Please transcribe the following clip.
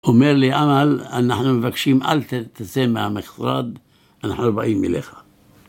אומר לי, אמל, אנחנו מבקשים, אל תצא מהמשרד, אנחנו לא באים אליך.